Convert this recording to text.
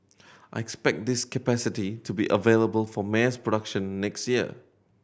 I expect this capacity to be available for mass production next year